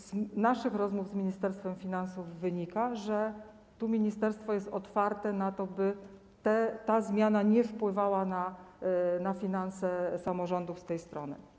Z naszych rozmów z Ministerstwem Finansów wynika, że ministerstwo jest otwarte na to, by ta zmiana nie wpływała na finanse samorządów z tej strony.